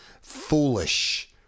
foolish